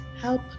help